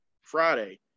Friday